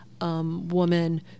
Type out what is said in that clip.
woman